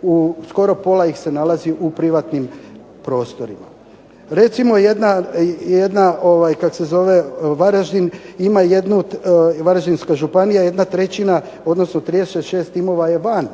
timova, pola tih se nalazi u privatnim prostorima. Recimo jedan Varaždinska županija jedna trećina odnosno 36 timova je van.